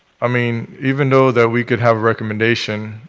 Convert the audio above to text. i mean, even though though we could have a recommendation